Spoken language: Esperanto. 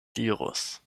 dirus